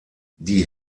die